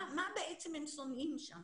מה בעצם הם שונאים שם